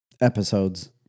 Episodes